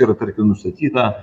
yra tarkim nustatyta